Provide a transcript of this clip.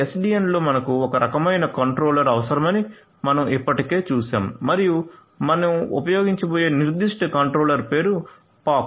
SDN లో మనకు ఒక రకమైన కంట్రోలర్ అవసరమని మనం ఇప్పటికే చూశాము మరియు మనం ఉపయోగించబోయే నిర్దిష్ట కంట్రోలర్ పేరు పాక్స్